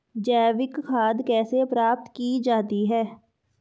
जैविक खाद कैसे प्राप्त की जाती है?